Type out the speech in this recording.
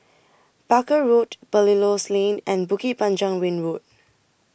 Barker Road Belilios Lane and Bukit Panjang Ring Road